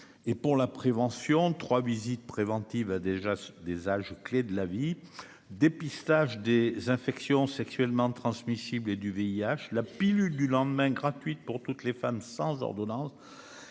et pour la prévention 3 visites préventives a déjà des âges clés de la vie, dépistage des infections sexuellement transmissibles et du VIH, la pilule du lendemain gratuite pour toutes les femmes sans ordonnance